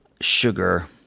sugar